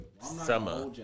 summer